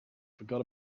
forgot